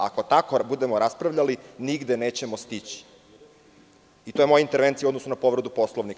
Ako tako budemo raspravljali nigde nećemo stići i to je moja intervencija u odnosu na povredu Poslovnika.